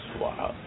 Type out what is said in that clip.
wow